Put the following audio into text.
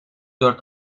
dört